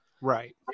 Right